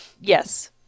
yes